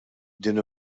din